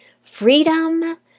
Freedom